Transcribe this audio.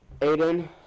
Aiden